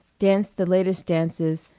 danced the latest dances,